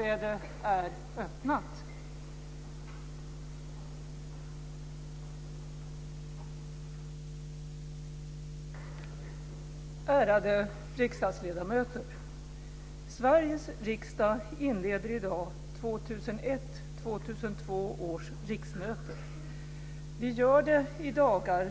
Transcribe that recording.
Ärade riksdagsledamöter! Sveriges riksdag inleder idag 2001/02 års riksmöte. Vi gör det i dagar